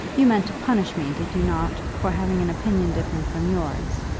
you meant to punish me did you not, for having an opinion different from yours?